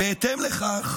בהתאם לכך,